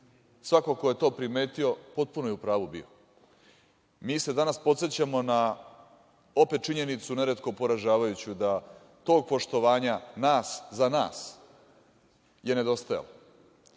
Svako ko je to primetio potpuno je u pravu bio. Mi se danas podsećamo na opet činjenicu, neretko poražavajuću, da tog poštovanja nas za nas je nedostajalo.